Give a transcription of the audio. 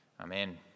Amen